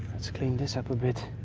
let's clean this up a bit.